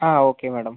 ആ okay madam